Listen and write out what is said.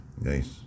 Nice